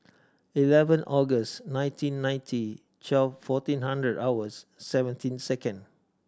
eleven August nineteen ninety twelve fourteen hundred hours seventeen second